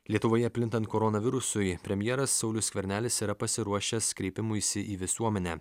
lietuvoje plintant koronavirusui premjeras saulius skvernelis yra pasiruošęs kreipimuisi į visuomenę